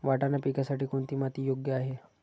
वाटाणा पिकासाठी कोणती माती योग्य आहे?